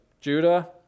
Judah